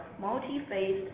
multi-phase